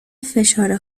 فشار